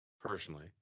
personally